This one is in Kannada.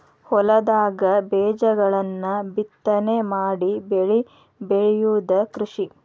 ಹೊಲದಾಗ ಬೇಜಗಳನ್ನ ಬಿತ್ತನೆ ಮಾಡಿ ಬೆಳಿ ಬೆಳಿಯುದ ಕೃಷಿ